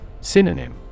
Synonym